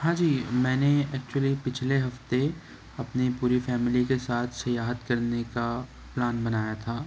ہاں جی میں نے ایکچولی پچھلے ہفتے اپنے پوری فیملی کے ساتھ سیاحت کرنے کا پلان بنایا تھا